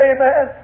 Amen